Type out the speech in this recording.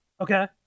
Okay